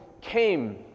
came